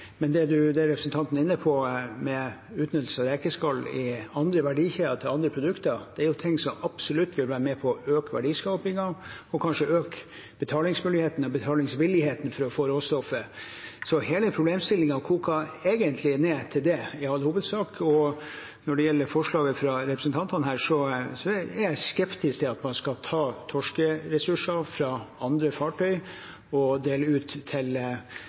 Det representanten er inne på, om utnyttelse av rekeskall i andre verdikjeder til andre produkter, er ting som absolutt vil være med på å øke verdiskapingen og kanskje øke betalingsmuligheten og betalingsvilligheten for å få råstoffet. Så hele problemstillingen koker egentlig ned til det, i all hovedsak. Når det gjelder forslaget fra representantene, er jeg skeptisk til at man skal ta torskeressurser fra andre fartøy og dele ut til